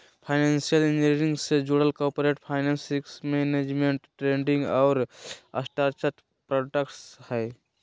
financial engineering से जुडल corporate finance, risk management, trading और स्ट्रक्चर्ड प्रॉडक्ट्स हय